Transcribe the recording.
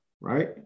right